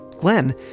Glenn